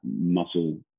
muscle